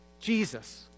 Jesus